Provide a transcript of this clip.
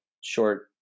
short